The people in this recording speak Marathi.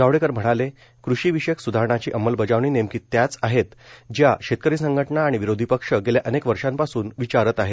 जावडेकर म्हणाले कृषी विषयक स्धारणांची अंमलबजावणी नेमकी त्याच आहेत ज्या शेतकरी संघटना आणि विरोधी पक्ष गेल्या अनेक वर्षांपासून विचारत आहेत